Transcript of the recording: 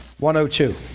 102